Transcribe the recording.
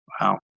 Wow